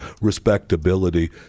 respectability